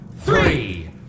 three